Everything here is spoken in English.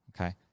Okay